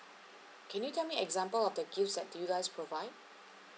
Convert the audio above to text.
can you tell me example of the gifts that do you guys provide